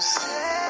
say